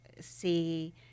see